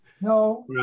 No